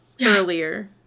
earlier